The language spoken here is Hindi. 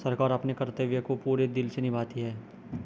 सरकार अपने कर्तव्य को पूरे दिल से निभाती है